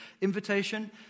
Invitation